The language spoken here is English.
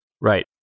Right